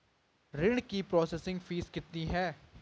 ऋण की processing fee कितनी है?